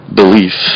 belief